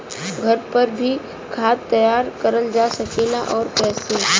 घर पर भी खाद तैयार करल जा सकेला और कैसे?